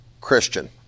Christian